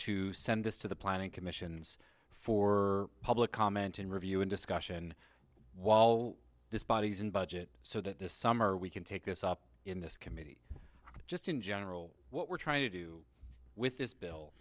to send this to the planning commission for public comment and review a discussion while this body's in budget so that this summer we can take this up in this committee just in general what we're trying to do with this bill